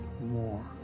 more